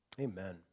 amen